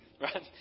Right